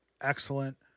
excellent